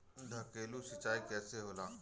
ढकेलु सिंचाई कैसे होला?